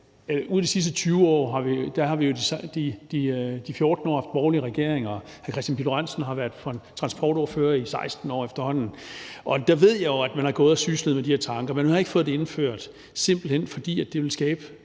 ud af de sidste 20 år har vi i 14 år haft borgerlige regeringer, hr. Kristian Pihl Lorentzen har været transportordfører i 16 år efterhånden, og der ved jeg jo, at man har gået og syslet med de her tanker, men man har ikke fået det indført, simpelt hen fordi det ville skabe